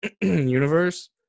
Universe